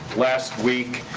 last week.